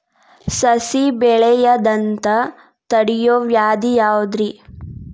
ಸಸಿ ಬೆಳೆಯದಂತ ತಡಿಯೋ ವ್ಯಾಧಿ ಯಾವುದು ರಿ?